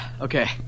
Okay